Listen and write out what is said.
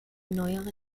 neuere